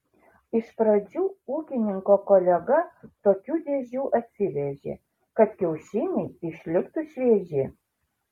iš pradžių ūkininko kolega tokių dėžių atsivežė kad kiaušiniai išliktų švieži